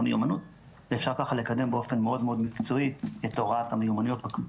מיומנות ואפשר ככה לקדם באופן מאוד מאוד מקצועי את הוראת המיומנויות.